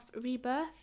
Rebirth